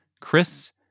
chris